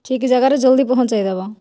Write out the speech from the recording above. ଠିକ୍ ଜାଗାରେ ଜଲ୍ଦି ପହଞ୍ଚେଇ ଦେବ